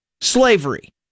slavery